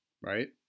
right